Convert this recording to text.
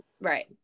Right